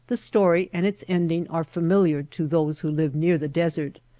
the story and its ending are familiar to those who live near the desert,